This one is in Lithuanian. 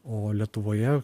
o lietuvoje